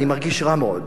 אני מרגיש רע מאוד